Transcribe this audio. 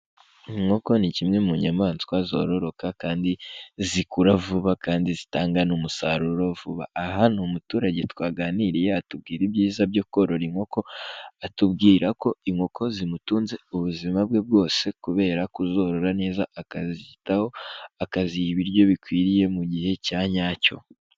Inkoko ni kimwe mu nyamaswa zororoka kandi zikura vuba kandi zitanga n'umusaruro vuba. Aha ni umuturage twaganiriye atubwira ibyiza byo korora inkoko, atubwira ko inkoko zimutunze ubuzima bwe bwose kubera kuzorora neza akazitaho, akaziha ibiryo bikwiriye mu gihe cya nyacyo.